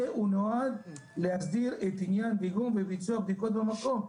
נועד להסדיר את עניין דיגום וביצוע בדיקות במקום.